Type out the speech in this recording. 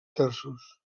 terços